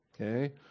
Okay